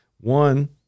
One